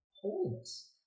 holiness